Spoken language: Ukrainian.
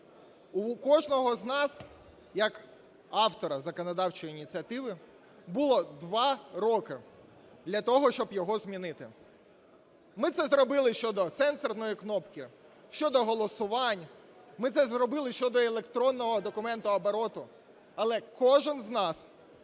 У кожного з нас як автора законодавчої ініціативи було два роки для того, щоб його змінити. Ми це зробили щодо сенсорної кнопки, щодо голосувань, ми це зробили щодо електронного документообороту. Але кожен з нас